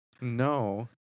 No